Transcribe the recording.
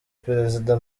perezida